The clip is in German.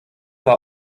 war